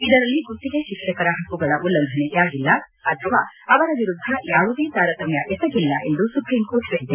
ಇದರಲ್ಲಿ ಗುತ್ತಿಗೆ ಶಿಕ್ಷಕರ ಹಕ್ಕುಗಳ ಉಲ್ಲಂಘನೆಯಾಗಿಲ್ಲ ಅಥವಾ ಅವರ ವಿರುದ್ದ ಯಾವುದೇ ತಾರತಮ್ಯ ಎಸಗಿಲ್ಲ ಎಂದು ಸುಪ್ರೀಂಕೋರ್ಟ್ ಹೇಳಿದೆ